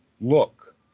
look